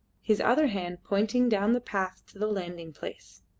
his other hand pointing down the path to the landing-place.